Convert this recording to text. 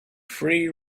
free